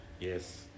Yes